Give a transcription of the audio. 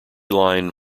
line